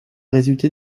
résulté